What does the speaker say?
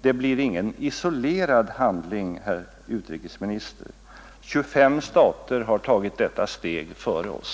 Det blir ingen isolerad handling, herr utrikesminister — 25 stater har tagit detta steg före oss.